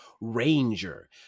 ranger